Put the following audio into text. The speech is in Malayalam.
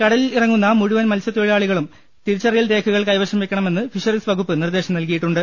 കടലിലിറങ്ങുന്ന മുഴുവൻ തൊഴിലാളികളും തിരിച്ചറിയൽ രേഖകൾ കൈവശം വയ്ക്കണമെന്ന് ഫിഷറീസ് വകുപ്പ് നിർദേശം നൽകിയിട്ടുണ്ട്